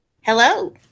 Hello